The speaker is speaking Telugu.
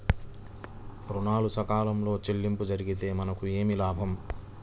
ఋణాలు సకాలంలో చెల్లింపు జరిగితే మనకు ఏమి లాభం?